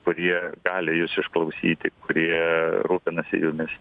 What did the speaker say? kurie gali jus išklausyti kurie rūpinasi jumis